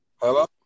Hello